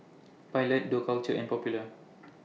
Pilot Dough Culture and Popular